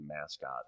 mascot